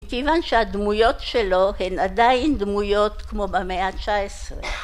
‫כיוון שהדמויות שלו ‫הן עדיין דמויות כמו במאה ה-19.